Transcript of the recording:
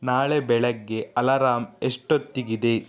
ನಾಳೆ ಬೆಳಿಗ್ಗೆ ಅಲಾರಾಮ್ ಎಷ್ಟೊತ್ತಿಗಿದೆ